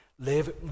Live